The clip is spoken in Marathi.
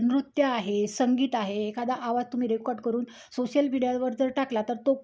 नृत्य आहे संगीत आहे एखादा आवाज तुम्ही रेकॉर्ड करून सोशल मीडियावर जर टाकला तर तो